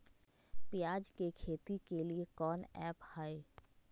प्याज के खेती के लिए कौन ऐप हाय?